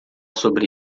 sobre